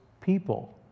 people